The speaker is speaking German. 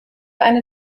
eine